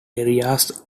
areas